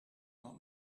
not